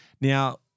Now